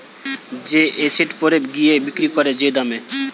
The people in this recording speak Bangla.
যে এসেট পরে গিয়ে বিক্রি করে যে দামে